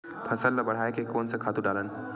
फसल ल बढ़ाय कोन से खातु डालन?